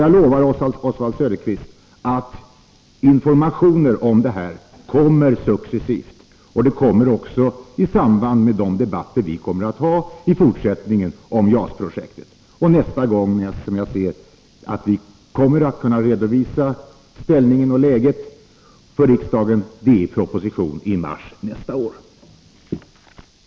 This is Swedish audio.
Jag lovar Oswald Söderqvist att informationer om detta kommer att lämnas successivt. Det kommer bl.a. att ske i samband med de debatter vi i fortsättningen kommer att ha om JAS-projektet. Nästa gång vi redovisar ställningen och läget för riksdagen blir, såvitt jag kan se, i en proposition i mars nästa år.